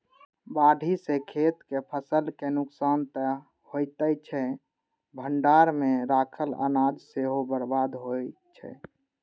बाढ़ि सं खेतक फसल के नुकसान तं होइते छै, भंडार मे राखल अनाज सेहो बर्बाद होइ छै